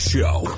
Show